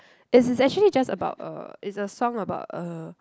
it is actually just about uh it's a song about uh